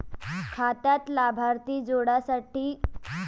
खात्यात लाभार्थी जोडासाठी कोंते कागद लागन?